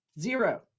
zero